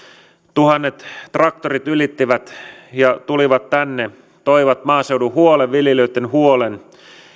tuhannet traktorit ylittivät ja tulivat tänne toivat maaseudun huolen viljelijöitten huolen